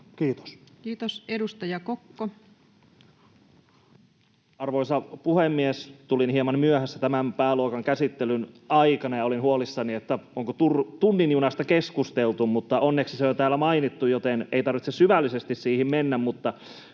Kiitos. Kiitos. — Edustaja Kokko. Arvoisa puhemies! Tulin hieman myöhässä tämän pääluokan käsittelyn aikana, ja olin huolissani, että onko tunnin junasta keskusteltu, mutta onneksi se on jo täällä mainittu, joten ei tarvitse syvällisesti siihen mennä.